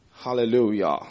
Hallelujah